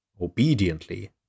Obediently